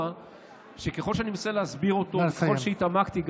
שככל שאני מנסה להסביר אותו וככל שהתעמקתי,